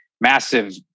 massive